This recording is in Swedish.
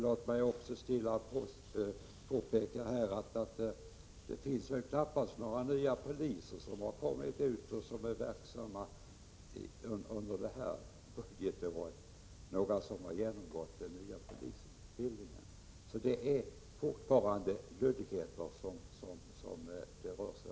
Låt mig också stilla påpeka att det väl knappast finns några poliser som har genomgått den nya polisutbildningen och kommit ut i verksamheten under det här budgetåret. Det är fortfarande luddigheter det rör sig om.